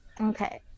okay